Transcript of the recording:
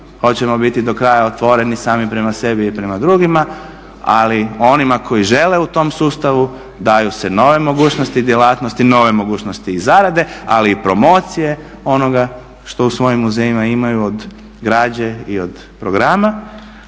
hoćemo biti do kraja otvoreni sami prema sebi i prema drugima. Ali onima koji žele u tom sustavu daju se nove mogućnosti i djelatnosti, nove mogućnosti i zarade ali i promocije onoga što u svojim muzejima imaju od građe i od programa